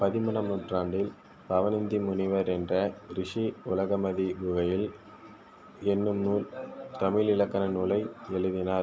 பதிமூணாம் நூற்றாண்டில் பவணந்தி முனிவர் என்ற ரிஷி உலகமதி குகையில் என்னும் நூல் தமிழ் இலக்கண நூலை எழுதினார்